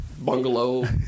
bungalow